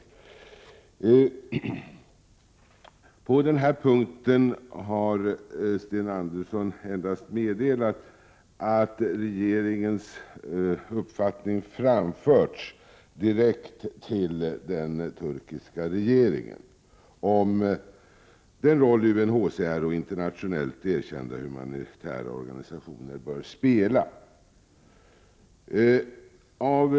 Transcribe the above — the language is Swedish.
På denna punkt har Sten Andersson endast meddelat att regeringens uppfattning om den roll UNHCR och andra internationellt erkända humanitära organisationer bör spela har framförts direkt till den turkiska regeringen.